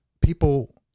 people